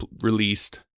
released